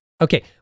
Okay